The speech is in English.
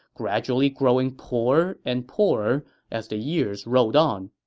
gradually growing poorer and poorer as the years rolled on.